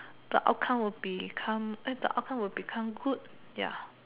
the outcome will become the outcome will become good ya